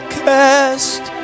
cast